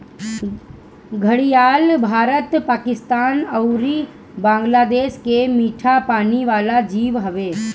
घड़ियाल भारत, पाकिस्तान अउरी बांग्लादेश के मीठा पानी वाला जीव हवे